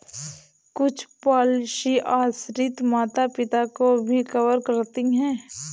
कुछ पॉलिसी आश्रित माता पिता को भी कवर करती है